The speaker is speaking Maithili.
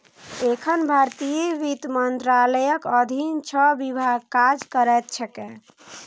एखन भारतीय वित्त मंत्रालयक अधीन छह विभाग काज करैत छैक